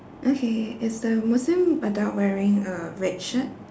okay is the muslim adult wearing a red shirt